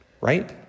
right